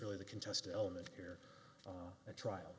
really the contest element here a trial